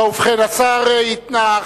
ובכן, השר התנה.